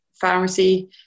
pharmacy